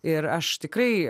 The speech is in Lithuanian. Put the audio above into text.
ir aš tikrai